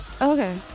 okay